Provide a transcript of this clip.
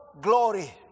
glory